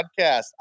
Podcast